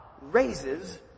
raises